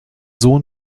sohn